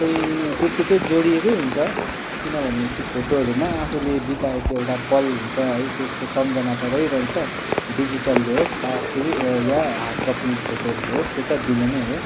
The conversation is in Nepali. चाहिँ त्यत्तिकै जोडिएकै हुन्छ किनभने ती फोटोहरूमा आफूले बिताएको एउटा पल हुन्छ है त्यसको सम्झना त रहिरहन्छ डिजिटलले होस् आखिर या हार्ड कपी फोटोहरूले होस् त्यो त दिने नै हो